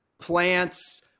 plants